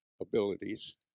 abilities